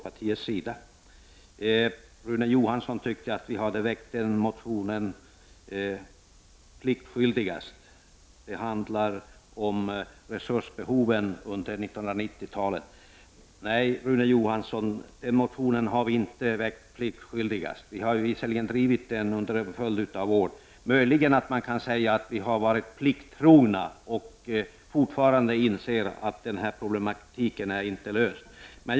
Rune Johansson tyckte att vi hade väckt motionen pliktskyldigast. Det handlar om resursbehoven under 90-talet. Nej, Rune Johansson, den motionen har vi inte väckt pliktskyldigast. Vi har visserligen drivit frågan under en följd av år. Möjligen kan man säga att vi har varit plikttrogna och fortfarande inser att problematiken inte är löst.